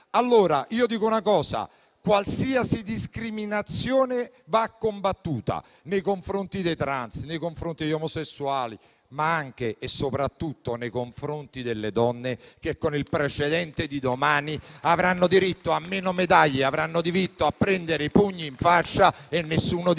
passa il percepito. Qualsiasi discriminazione va combattuta, nei confronti dei trans, nei confronti degli omosessuali, ma anche e soprattutto nei confronti delle donne che, con il precedente di domani, avranno diritto a meno medaglie, avranno diritto a prendere i pugni in faccia e nessuno dice